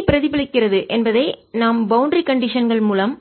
E பிரதிபலிக்கிறது என்பதை நாம் பவுண்டரி கண்டிஷன் கள் மூலம்